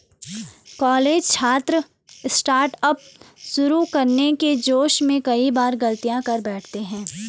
college छात्र startup शुरू करने के जोश में कई बार गलतियां कर बैठते हैं